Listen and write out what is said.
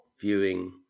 viewing